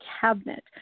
cabinet